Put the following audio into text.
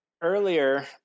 earlier